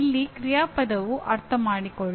ಇಲ್ಲಿ ಕ್ರಿಯಾಪದವು ಅರ್ಥಮಾಡಿಕೊಳ್ಳಿ